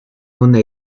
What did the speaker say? una